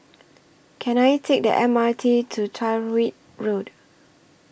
Can I Take The M R T to Tyrwhitt Road